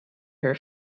her